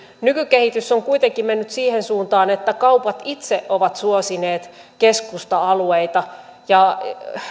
nykykehitys on kuitenkin mennyt siihen suuntaan että kaupat itse ovat suosineet keskusta alueita ja